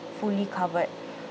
fully covered